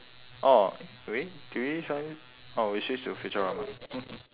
orh really did we suddenly oh we switched to futurama